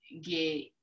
get